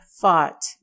fought